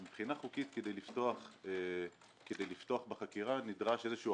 מבחינה חוקית כדי לפתוח בחקירה נדרש איזשהו